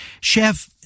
Chef